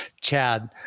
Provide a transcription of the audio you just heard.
Chad